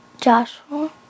Joshua